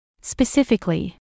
Specifically